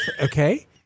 Okay